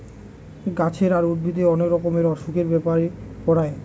গাছের আর উদ্ভিদের অনেক রকমের অসুখের ব্যাপারে পড়ায়